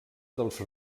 dels